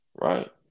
Right